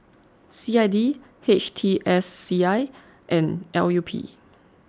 C I D H T S C I and L U P